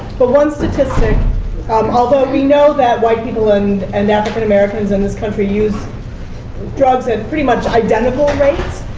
but one statistic um although we know that white people, and and african americans in this country, use drugs at pretty much identical rates,